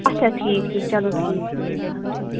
اچھا ٹھیٖک ٹھیٖک چلو ٹھیٖک پیوٚو مےٚ یاد ٹھیٖک